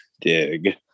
dig